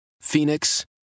Phoenix